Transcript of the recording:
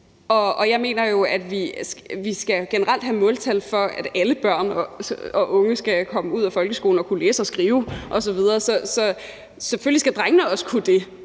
Jeg mener jo, at vi generelt skal have måltal for, at alle børn og unge skal komme ud af folkeskolen og kunne læse og skrive osv. Så selvfølgelig skal drengene også kunne det,